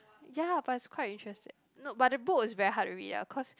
ya but is quite interesting no but the book is very hard to read lah cause